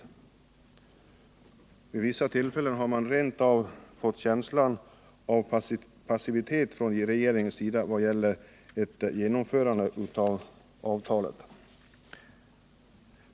Vid vissa tillfällen har man rent av fått en känsla av passivitet från regeringssidan i vad gäller ett genomförande av avtalet.